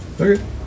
Okay